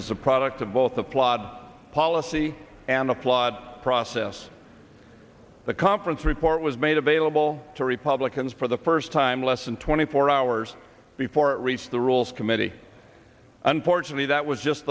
is a product of both the flawed policy and a flawed process the conference report was made available to republicans for the first time less than twenty four hours before it reached the rules committee unfortunately that was just